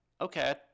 okay